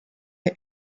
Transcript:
the